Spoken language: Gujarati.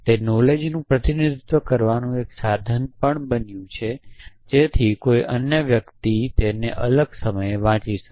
તે નોલેજનું પ્રતિનિધિત્વ કરવાનું એક સાધન પણ બન્યું જેથી કોઈ અન્ય વ્યક્તિ તેને અલગ સમયે વાંચી શકે